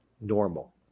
normal